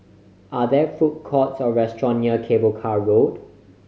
are there food courts or restaurant near Cable Car Road